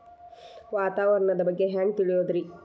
ವಾತಾವರಣದ ಬಗ್ಗೆ ಹ್ಯಾಂಗ್ ತಿಳಿಯೋದ್ರಿ?